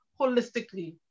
holistically